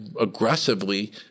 aggressively